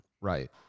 Right